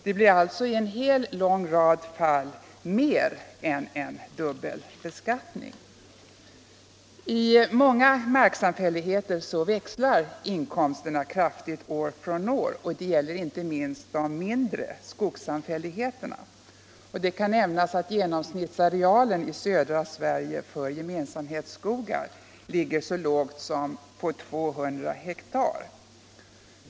Det blir alltså i en lång rad fall mer än en dubbelbeskattning. I många marksamfälligheter växlar inkomsterna kraftigt år från år. Detta gäller inte minst de mindre skogssamfälligheterna. Det kan nämnas att genomsnittsarealen i södra Sverige för gemensamhetsskogar ligger så lågt som på 200 hektar.